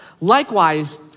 Likewise